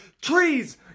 Trees